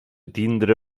tindre